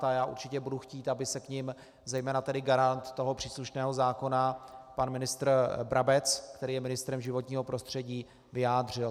A já určitě budu chtít, aby se k nim zejména tedy garant toho příslušného zákona, pan ministr Brabec, který je ministrem životního prostředí, vyjádřil.